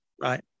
Right